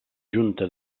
junta